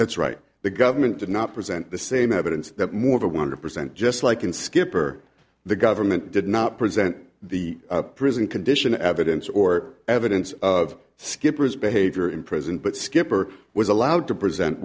that's right the government did not present the same evidence that moore wanted to present just like in skipper the government did not present the prison condition evidence or evidence of skippers behavior in prison but skipper was allowed to present